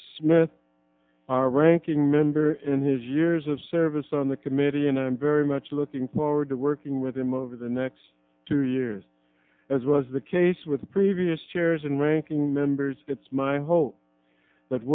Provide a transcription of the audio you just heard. smith our ranking member in his years of service on the committee and i'm very much looking forward to working with him over the next two years as was the case with the previous chairs and ranking members it's my hope that